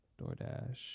DoorDash